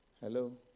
Hello